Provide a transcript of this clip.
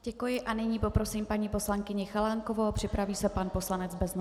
Děkuji a nyní poprosím paní poslankyni Chalánkovou a připraví se pan poslanec Beznoska.